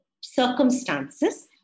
circumstances